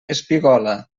espigola